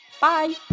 bye